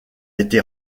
été